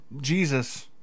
jesus